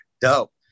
Dope